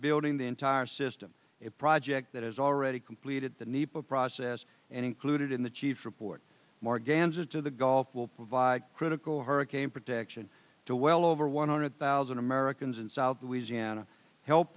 building the entire system a project that has already completed the need process and included in the chief report more ganza to the gulf will provide critical hurricane protection to well over one hundred thousand americans in south louisiana help